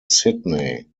sydney